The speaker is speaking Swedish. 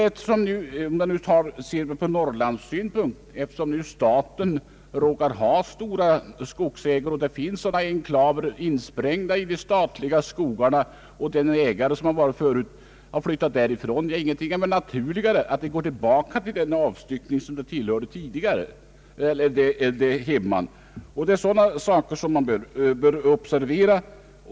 Eftersom staten i Norrland råkar ha stora skogsägor och det finns enklaver insprängda i de statliga skogarna och den tidigare ägaren flyttat därifrån, vad är då naturligare än att de går tillbaka till det hemman som de tidigare hörde till? Detta är sådant som man bör observera.